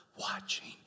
watching